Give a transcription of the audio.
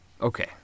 Okay